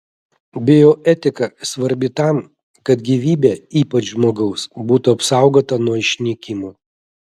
bioetika svarbi tam kad gyvybė ypač žmogaus būtų apsaugota nuo išnykimo